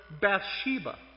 Bathsheba